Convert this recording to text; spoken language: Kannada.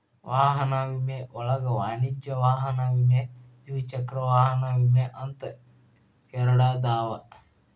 ವಾಹನ ವಿಮೆ ಒಳಗ ವಾಣಿಜ್ಯ ವಾಹನ ವಿಮೆ ದ್ವಿಚಕ್ರ ವಾಹನ ವಿಮೆ ಅಂತ ಎರಡದಾವ